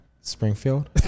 Springfield